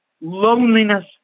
loneliness